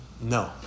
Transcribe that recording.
No